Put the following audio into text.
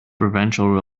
provincial